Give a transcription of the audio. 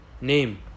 name